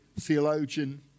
theologian